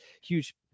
huge